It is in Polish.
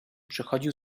przychodził